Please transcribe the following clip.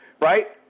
right